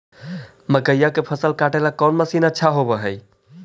मकइया के फसल काटेला कौन मशीन अच्छा होव हई?